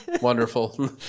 Wonderful